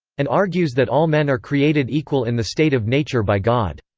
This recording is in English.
and argues that all men are created equal in the state of nature by god.